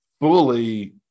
fully